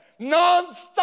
nonstop